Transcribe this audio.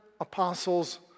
apostles